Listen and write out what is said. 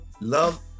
love